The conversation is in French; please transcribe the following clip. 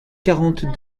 quarante